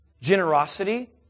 generosity